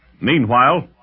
Meanwhile